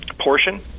portion